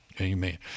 Amen